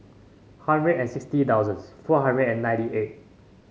hundred and sixty thousands four hundred and ninety eight